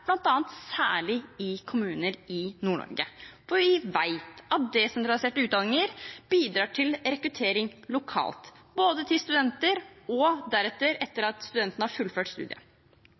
– særlig i kommuner i Nord-Norge. Vi vet at desentraliserte utdanninger bidrar til rekruttering lokalt, både av studenter og deretter etter at studentene har fullført studiet.